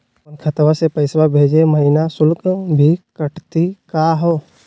अपन खतवा से पैसवा भेजै महिना शुल्क भी कटतही का हो?